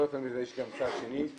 יש גם צד שני.